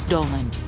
Dolan